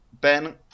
ben